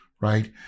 right